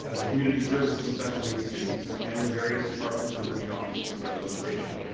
ah the community servicing special needs students and the various departments within the office of special education.